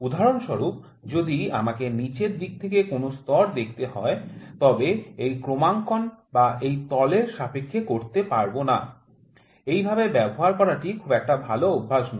উদাহরণ স্বরূপযদি আমাকে নীচের দিক থেকে কোনও স্তর দেখতে হয় তবে এই ক্রমাঙ্কন বা এই তলের সাপেক্ষে করতে পারবনা এইভাবে ব্যবহার করা টি খুব একটা ভালো অভ্যাস নয়